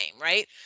right